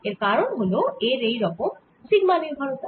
এর কারণ হল এর এই রকম সিগমা নির্ভরতা